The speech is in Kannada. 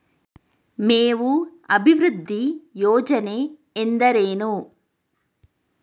ಮೇವು ಅಭಿವೃದ್ಧಿ ಯೋಜನೆ ಎಂದರೇನು?